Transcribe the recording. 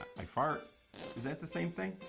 i fart is that the same thing?